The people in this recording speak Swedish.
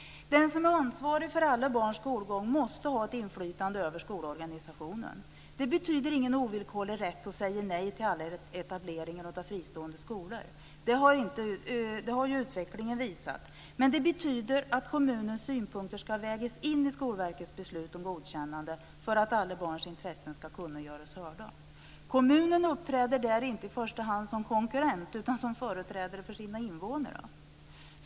Den som är ansvarig för alla barns skolgång måste ha ett inflytande över skolorganisationen. Det betyder ingen ovillkorlig rätt att säga nej till alla etableringar av fristående skolor. Det har ju utvecklingen visat. Men det betyder att kommunens synpunkter ska vägas in i Skolverkets beslut om godkännande för att alla barns intressen ska kunna göras hörda. Kommunen uppträder där inte i första hand som konkurrent utan som företrädare för sina invånare.